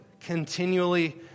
continually